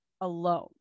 alone